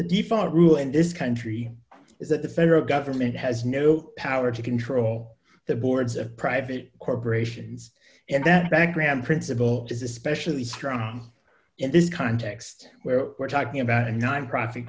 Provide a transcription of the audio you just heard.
the default rule in this country is that the federal government has no power to control the boards of private corporations and that background principle is especially strong in this context where we're talking about a nonprofit